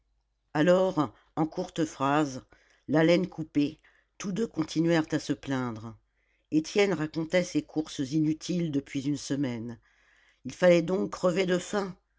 alors en courtes phrases l'haleine coupée tous deux continuèrent à se plaindre étienne racontait ses courses inutiles depuis une semaine il fallait donc crever de faim